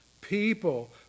people